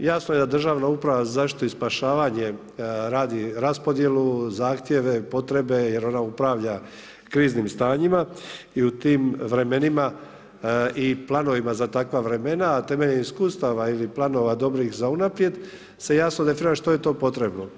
Jasno je da Državna uprava za zaštitu i spašavanje radi raspodjelu, zahtjeve, potrebe jer ona upravlja kriznim stanjima i u tim vremenima i planovima za takva vremena, a temeljem iskustava ili planova dobrih za unaprijed se jasno definira što je to potrebno.